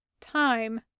Time